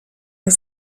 are